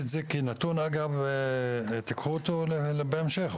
קחו את הנתון להמשך.